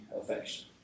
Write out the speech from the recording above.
affection